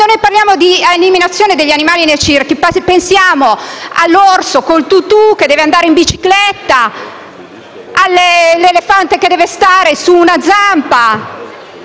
Quando parliamo di eliminazione degli animali nei circhi, pensiamo all'orso con il tutù che deve andare in bicicletta o all'elefante che deve stare su una zampa